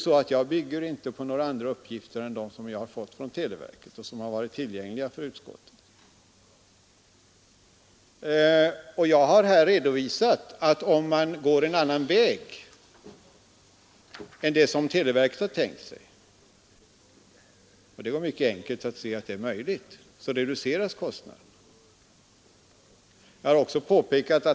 Men jag bygger inte på några andra uppgifter än dem som vi har fått från televerket och som har varit tillgängliga för utskottet. Jag har här redovisat att om man går en annan väg än den som televerket tänkt sig — och det är mycket enkelt att se att det är möjligt — så reduceras kostnaderna.